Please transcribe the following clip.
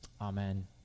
Amen